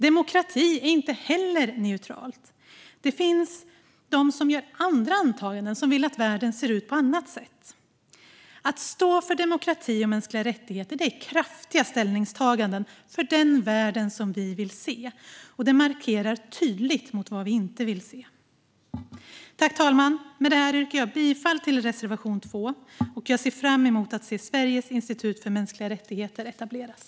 Demokrati är heller inte neutralt. Det finns de som gör andra antaganden och som vill att världen ska se ut på ett annat sätt. Att stå för demokrati och mänskliga rättigheter är kraftiga ställningstaganden för den värld vi vill se, och det är en tydlig markering mot vad vi inte vill se. Med det här yrkar jag bifall till reservation 2, och jag ser fram emot att se Sveriges institut för mänskliga rättigheter etableras.